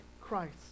Christ